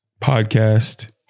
podcast